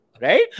Right